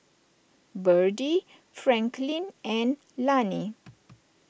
Byrdie Franklyn and Lani